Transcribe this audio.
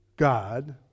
God